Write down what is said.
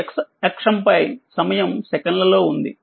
మీ x అక్షం పై సమయం సెకన్లలో ఉంది